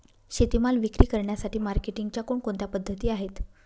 शेतीमाल विक्री करण्यासाठी मार्केटिंगच्या कोणकोणत्या पद्धती आहेत?